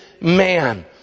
man